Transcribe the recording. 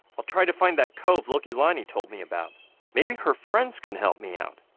i'll try to find that cove locate lonnie told me about maybe her friends can help me out